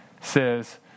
says